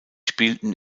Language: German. spielten